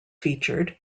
featured